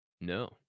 No